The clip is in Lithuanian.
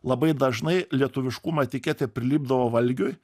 labai dažnai lietuviškumo etiketė prilipdavo valgiui